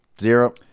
Zero